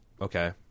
okay